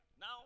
Now